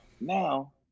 Now